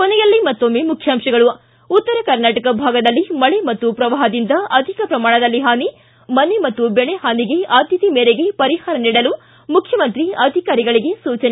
ಕೊನೆಯಲ್ಲಿ ಮತ್ತೊಮ್ಮೆ ಮುಖ್ಯಾಂಶಗಳು ು ಉತ್ತರ ಕರ್ನಾಟಕ ಭಾಗದಲ್ಲಿ ಮಳೆ ಮತ್ತು ಪ್ರವಾಪದಿಂದ ಅಧಿಕ ಪ್ರಮಾಣದಲ್ಲಿ ಹಾನಿ ಮನೆ ಮತ್ತು ಬೆಳೆ ಹಾನಿಗೆ ಆದ್ಯತೆ ಮೇರೆಗೆ ಪರಿಹಾರ ನೀಡಲು ಮುಖ್ಯಮಂತ್ರಿ ಅಧಿಕಾರಿಗಳಿಗೆ ಸೂಚನೆ